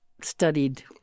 studied